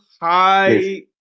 hi